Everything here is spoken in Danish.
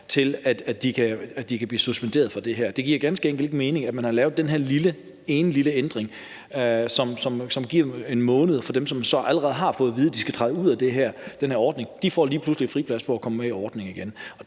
til, at de kan blive suspenderet fra det her. Det giver ganske enkelt ikke mening, at man har lavet den her ene lille ændring, som giver 1 måned for dem, som allerede har fået at vide, at de skal træde ud af den her ordning, for de får lige pludselig friplads til at komme med i ordningen igen.